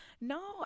No